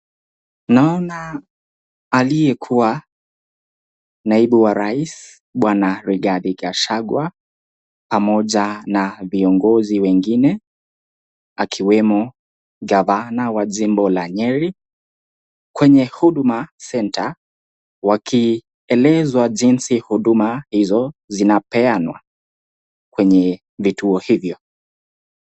Naona aliyekuwa naibu wa rais Bwana Rigathi Gachagua, pamoja na viongozi wengine akiwemo gavana wa jimbo la Nyeri, kwenye huduma centre wakielezwa jinsi huduma hizo zinapeanwa kwenye vituo hivyo.